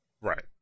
right